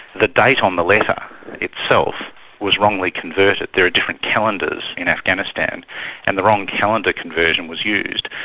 the date on the letter itself was wrongly converted. there are different calendars in afghanistan and the wrong calendar conversion was used,